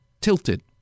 tilted